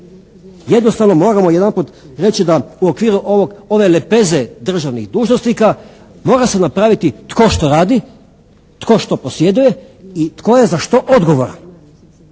Jednostavno moramo jedanput reći da u okviru ove lepeze državnih dužnosnika mora se napraviti tko što radi, tko što posjeduje i tko je za što odgovoran.